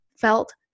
felt